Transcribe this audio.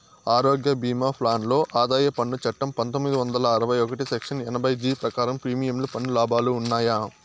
ఆరోగ్య భీమా ప్లాన్ లో ఆదాయ పన్ను చట్టం పందొమ్మిది వందల అరవై ఒకటి సెక్షన్ ఎనభై జీ ప్రకారం ప్రీమియం పన్ను లాభాలు ఉన్నాయా?